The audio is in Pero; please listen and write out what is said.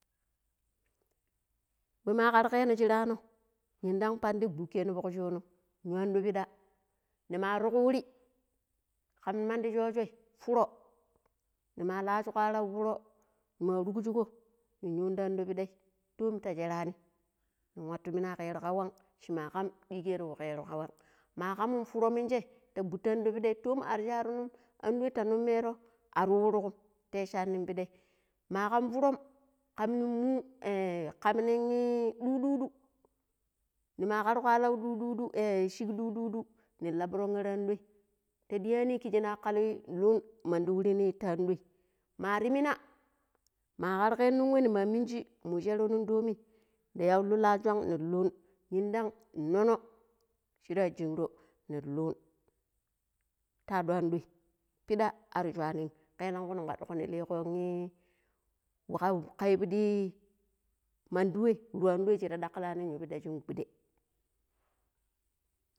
﻿mama kargeno shirano nindam pandi gookeno fukk shoono yu anɗo piɗa nimar kurri kamnin mandi soojoi furo nima lashugo allau furo ma rugujugo nin luan ti anɗo piɗai tom ta sherani nin watu niwa kero kawan shi ma kam ɗigaro wa kero kawan ma kamum fu ro mingire ta guto ando piɗai toom ar sharrum. andoi ta numeroar ar yu wurukum ta ishani nin piɗai ma kam furom kamnin moo kamnin in dudodo nima kargo allow dudodo shig dudodo nin laburo ar andoi ta ɗiani ki shi na kalla lun mandu wurin ti andoi ma rimina ma karge no ni wa nima mingi mun shero nin tomi da yagru la shong nin lun inda nono shira jungro nin lun toɗo anɗoi pida ar shuwani keelanku nin kwadugo nin ligo wahau ka pidi mandi wai ruando shir daklani yu piɗa shin guɗai.